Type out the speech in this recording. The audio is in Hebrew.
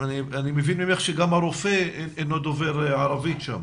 אני מבין ממך שגם הרופא אינו דובר ערבית שם.